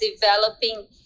developing